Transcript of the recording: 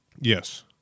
yes